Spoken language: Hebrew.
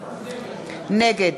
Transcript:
נגד